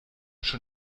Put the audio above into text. schon